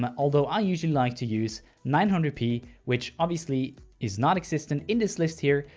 um although i usually like to use nine hundred p which obviously is not existent in this list here,